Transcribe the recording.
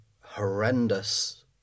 horrendous